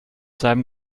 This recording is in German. seinem